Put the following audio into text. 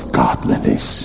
godliness